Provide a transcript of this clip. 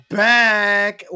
back